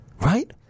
right